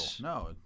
no